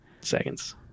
seconds